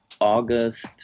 August